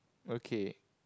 okay